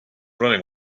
running